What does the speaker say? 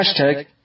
Hashtag